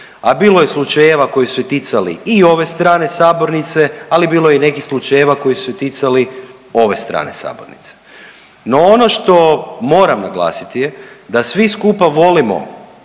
A bilo je slučajeva koji su se ticali i ove strane sabornice, ali bilo je i nekih slučajeva koji su se ticali ove strane sabornice. No, ono što moram naglasiti je da svi skupa volimo